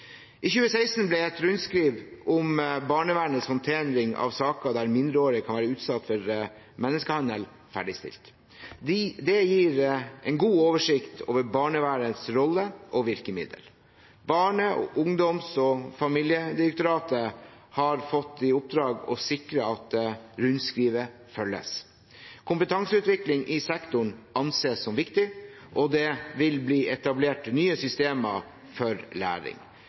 I 2016 ble et rundskriv om barnevernets håndtering av saker der mindreårige kan være utsatt for menneskehandel, ferdigstilt. Det gir en god oversikt over barnevernets rolle og virkemiddel. Barne-, ungdoms- og familiedirektoratet har fått i oppdrag å sikre at rundskrivet følges. Kompetanseutvikling i sektoren anses som viktig, og det vil bli etablert nye systemer for læring.